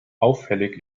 auffällig